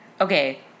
okay